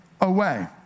away